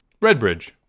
Redbridge